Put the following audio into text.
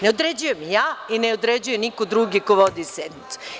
Ne određujem ja i ne određuje niko drugi ko vodi sednicu.